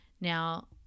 Now